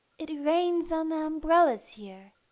it rains on the umbrellas here,